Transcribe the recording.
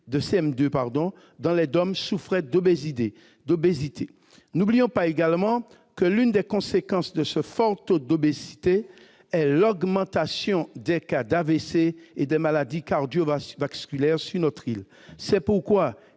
les départements d'outre-mer souffraient d'obésité. N'oublions pas également que l'une des conséquences de ce fort taux d'obésité est l'augmentation des cas d'AVC et des maladies cardiovasculaires sur notre île. C'est pourquoi